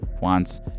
wants